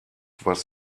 was